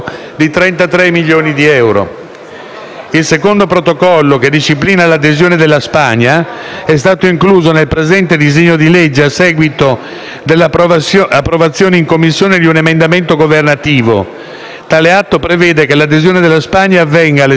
Il secondo trattato, che disciplina l'adesione della Spagna, è stato incluso nel presente disegno di legge a seguito dell'approvazione in Commissione di un emendamento governativo. Il Protocollo prevede che l'adesione della Spagna avvenga alle stesse condizioni previste per le altre parti,